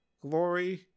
glory